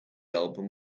album